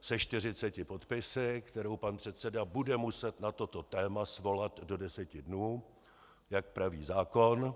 se 40 podpisy, kterou pan předseda bude muset na toto téma svolat do deseti dnů, jak praví zákon.